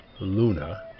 luna